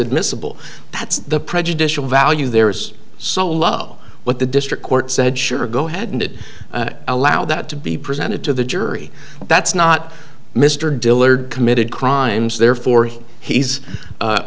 admissible that's the prejudicial value there is so low what the district court said sure go ahead and did allow that to be presented to the jury that's not mr dillard committed crimes therefore he